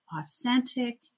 authentic